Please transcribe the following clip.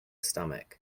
stomach